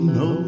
no